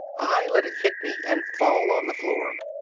i let it hit me and fall on the floor.